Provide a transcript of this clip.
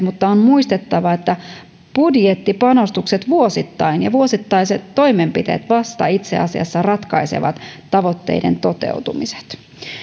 mutta on muistettava että budjettipanostukset vuosittain ja vuosittaiset toimenpiteet vasta itse asiassa ratkaisevat tavoitteiden toteutumiset